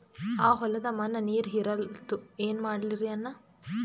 ಆ ಹೊಲದ ಮಣ್ಣ ನೀರ್ ಹೀರಲ್ತು, ಏನ ಮಾಡಲಿರಿ ಅಣ್ಣಾ?